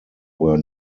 were